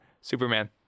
Superman